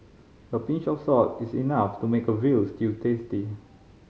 a pinch of salt is enough to make a veal stew tasty